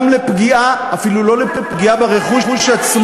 איזה סיפורים אתה מספר?